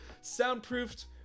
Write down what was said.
soundproofed